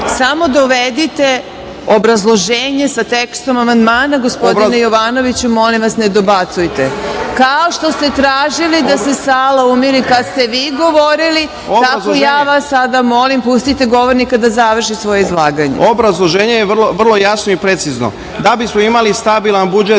samo dovedite obrazloženje sa tekstom amandmana. Gospodine Jovanoviću vi molim vas ne dobacujte. Kao što ste tražili da se sala umiri kada ste vi govorili, tako ja sada vas molim, pustite govornika da završi svoje izlaganje. **Branko Vujković** Obrazloženje je vrlo jasno i precizno, da bismo imali stabilan budžet,